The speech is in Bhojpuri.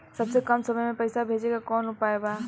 सबसे कम समय मे पैसा भेजे के कौन उपाय बा?